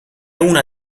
una